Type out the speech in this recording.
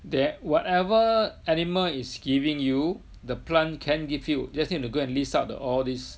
that whatever animal is giving you the plant can give you just need to go and list out the all this